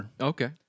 Okay